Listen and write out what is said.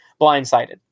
blindsided